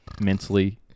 mentally